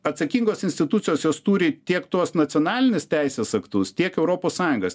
atsakingos institucijos jos turi tiek tuos nacionalinius teisės aktus tiek europos sąjungos